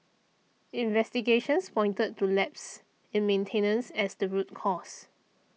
investigations pointed to lapses in maintenance as the root cause